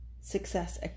success